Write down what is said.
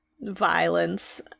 violence